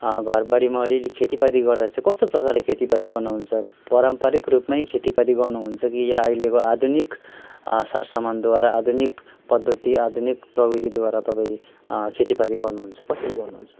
घरबारीमा अलिअलि खेतीपाती गर्दा चाहिँ कस्तो प्रकारले खेतीपाती गर्नुहुन्छ पारम्परिक रूपमै खेतीपाती गर्नुहुन्छ कि या अहिलेको आधुनिक सरसामानद्वारा आधुनिक पद्धति आधुनिक प्रविधिद्वारा तपाईँ खेतीपाती गर्नुहुन्छ कसरी गर्नुहुन्छ